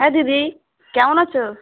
হ্যাঁ দিদি কেমন আছো